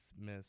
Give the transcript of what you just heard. miss